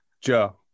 Joe